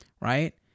right